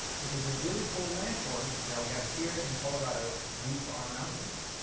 which was a really cool land form that we have here in colorado due to our mountains.